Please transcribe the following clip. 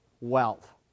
wealth